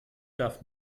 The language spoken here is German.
darf